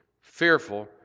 fearful